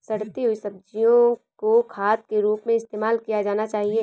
सड़ती हुई सब्जियां को खाद के रूप में इस्तेमाल किया जाना चाहिए